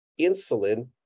insulin